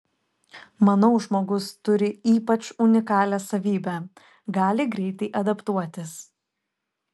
manau žmogus turi ypač unikalią savybę gali greitai adaptuotis